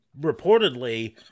reportedly